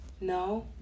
No